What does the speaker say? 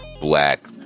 black